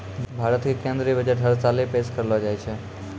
भारत के केन्द्रीय बजट हर साले पेश करलो जाय छै